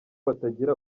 batagira